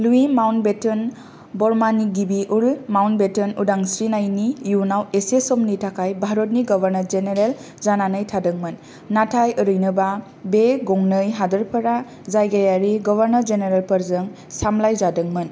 Louis Mountbatten बर्मानि गिबि earl Mountbatten उदांस्रिनायनि इयुनाव एसे समनि थाखाय भारतनि गभर्नर जेनेरेल जानानै थादोंमोन नाथाय ओरैनोबा बे गंनै हादोरफोरा जायगायारि गभर्नर जेनेरेलफोरजों सामलायजादोंमोन